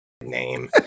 name